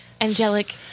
angelic